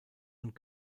und